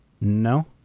No